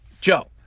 Joe